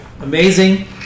amazing